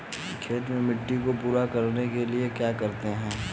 खेत में मिट्टी को पूरा करने के लिए क्या करते हैं?